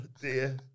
dear